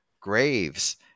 graves